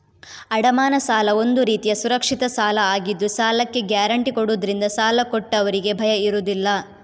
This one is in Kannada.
ಅಡಮಾನ ಸಾಲ ಒಂದು ರೀತಿಯ ಸುರಕ್ಷಿತ ಸಾಲ ಆಗಿದ್ದು ಸಾಲಕ್ಕೆ ಗ್ಯಾರಂಟಿ ಕೊಡುದ್ರಿಂದ ಸಾಲ ಕೊಟ್ಟವ್ರಿಗೆ ಭಯ ಇರುದಿಲ್ಲ